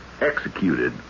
executed